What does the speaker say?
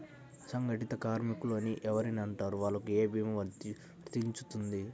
అసంగటిత కార్మికులు అని ఎవరిని అంటారు? వాళ్లకు ఏ భీమా వర్తించుతుంది?